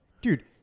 Dude